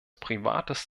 privates